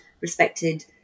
respected